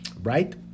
Right